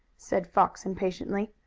said fox impatiently.